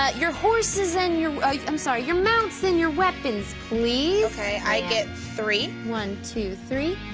ah your horses and your, ah, i'm sorry, your mounts and your weapons, please. okay, i get three. one, two, three.